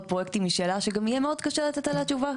פרויקטים היא שאלה שגם יהיה מאוד קשה לתת עליה תשובה.